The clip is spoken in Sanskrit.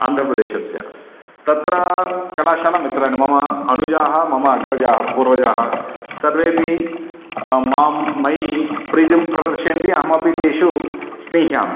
आन्ध्रप्रदेशस्य तत्र कलाशालामित्राणि मम अनुजाः मम अग्रजा पूर्वजाः सर्वेऽपि मां मयि प्रीतिं प्रदर्शयन्ति अहमपि तेषु स्निह्यामि